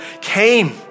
came